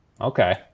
Okay